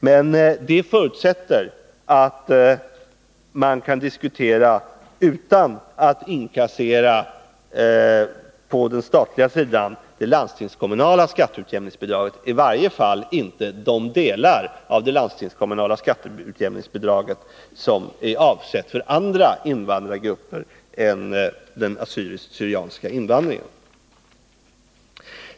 Men allt detta förutsätter att frågan kan diskuteras utan att staten inkasserar det landstingskommunala skatteutjämningsbidraget, i varje fall inte de delar av det landstingskommunala skatteutjämningsbidrag som är avsett för andra invandrargrupper än den assyriska/syrianska.